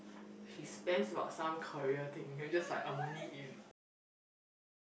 she spams about some career thing then I'm just like I'm only in year one sem one